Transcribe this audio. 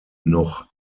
noch